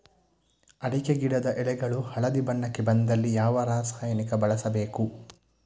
ಅಡಿಕೆ ಗಿಡದ ಎಳೆಗಳು ಹಳದಿ ಬಣ್ಣಕ್ಕೆ ಬಂದಲ್ಲಿ ಯಾವ ರಾಸಾಯನಿಕ ಬಳಸಬೇಕು?